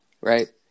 Right